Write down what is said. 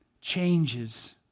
changes